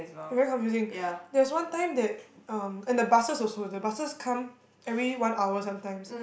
very confusing there's one time that um and the buses also the buses come every one hour sometimes